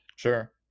Sure